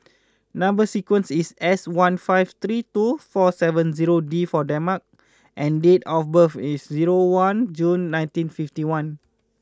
number sequence is S one five three two four seven zero D for the mart and date of birth is zero one June nineteen fifty one